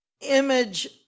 image